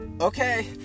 Okay